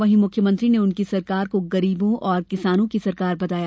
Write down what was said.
वहीं मुख्यमंत्री ने उनकी सरकार को गरीबों और किसानों की सरकार बताया